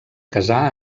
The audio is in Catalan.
casà